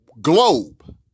globe